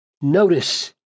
Notice